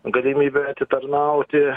galimybę atitarnauti